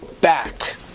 back